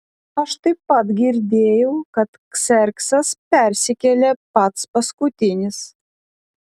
aš taip pat girdėjau kad kserksas persikėlė pats paskutinis